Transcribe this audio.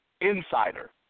insider